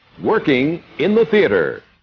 working in the theatre